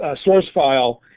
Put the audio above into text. ah source file,